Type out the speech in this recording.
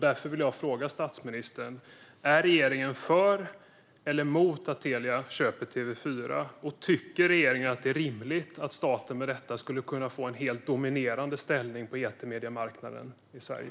Därför vill jag fråga statsministern: Är regeringen för eller emot att Telia köper TV4? Tycker regeringen att det är rimligt att staten därmed skulle kunna få en helt dominerande ställning på etermediemarknaden i Sverige?